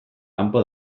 kanpo